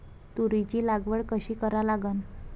तुरीची लागवड कशी करा लागन?